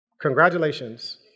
congratulations